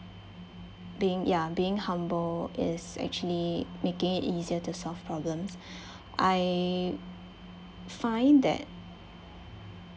being ya being humble is actually making it easier to solve problems I find that